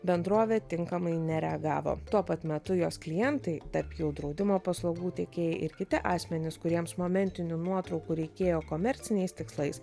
bendrovė tinkamai nereagavo tuo pat metu jos klientai tarp jų draudimo paslaugų teikėjai ir kiti asmenys kuriems momentinių nuotraukų reikėjo komerciniais tikslais